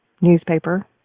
newspaper